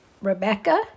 Rebecca